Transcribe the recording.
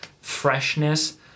freshness